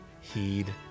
heed